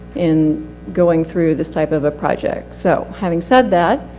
in going through this type of a project. so, having said that,